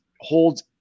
holds